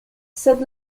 sed